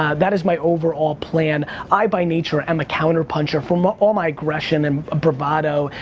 ah that is my overall plan. i, by nature am a counter-puncher, from ah all my aggression and bravado,